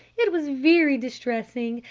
it was very distressing.